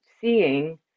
seeing